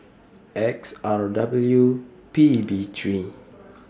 X R W P B three